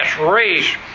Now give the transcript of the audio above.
race